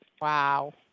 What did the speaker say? Wow